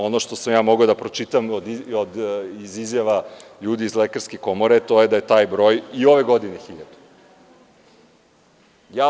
Ono što sam ja mogao da pročitam iz izjava ljudi iz Lekarske komore to je da je taj broj i ove godine 1.000.